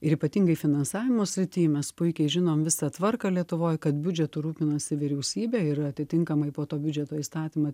ir ypatingai finansavimo srity mes puikiai žinom visą tvarką lietuvoj kad biudžetu rūpinasi vyriausybė ir atitinkamai po to biudžeto įstatymą